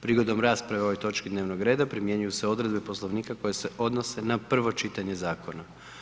Prigodom rasprave o ovoj točki dnevnog reda primjenjuju se odredbe Poslovnika koje se odnose na prvo čitanje zakona.